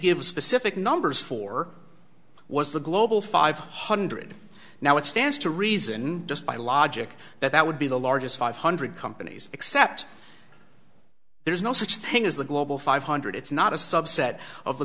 give a specific numbers for was the global five hundred now it stands to reason just by logic that that would be the largest five hundred companies except there is no such thing as the global five hundred it's not a subset of the